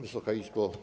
Wysoka Izbo!